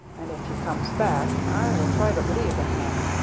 and, if he comes back, i will try to believe in him.